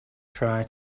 try